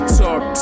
talk